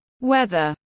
weather